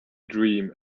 dream